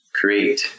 create